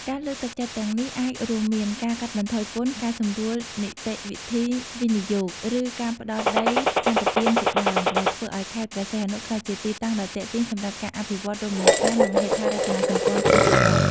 ការលើកទឹកចិត្តទាំងនេះអាចរួមមាន ការកាត់បន្ថយពន្ធ ការសម្រួលនីតិវិធីវិនិយោគ ឬការផ្តល់ដីសម្បទានជាដើម ដែលធ្វើឲ្យខេត្តព្រះសីហនុក្លាយជាទីតាំងដ៏ទាក់ទាញសម្រាប់ការអភិវឌ្ឍរមណីយដ្ឋាន និងហេដ្ឋារចនាសម្ព័ន្ធទេសចរណ៍។